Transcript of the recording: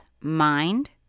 mind